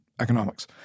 economics